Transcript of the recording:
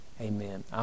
amen